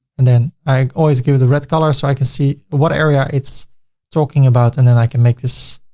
and then i always give the red color so i can see what area it's talking about and then i can make this